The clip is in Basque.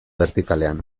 bertikalean